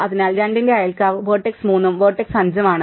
അതിനാൽ 2 ന്റെ അയൽക്കാർ വെർട്ടെക്സ് 3 ഉം വെർട്ടെക്സ് 5 ഉം ആണ്